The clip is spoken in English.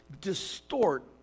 distort